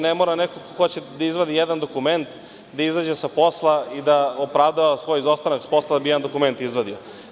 Neko ko hoće da izvadi jedan dokument, više ne mora da izađe sa posla i da opravdava svoj izostanak s posla da bi jedan dokument izvadio.